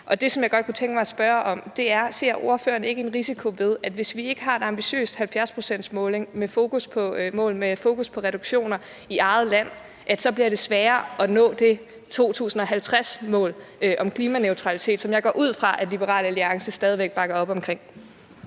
Det, som jeg godt kunne tænke mig at spørge om, er: Ser ordføreren ikke en risiko ved ikke at have et ambitiøst 70-procentsmål med fokus på reduktioner i eget land, i forhold til at det så bliver sværere at nå det 2050-mål om klimaneutralitet, som jeg går ud fra at Liberal Alliance stadig væk bakker op omkring?